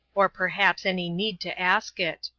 or perhaps any need to ask it.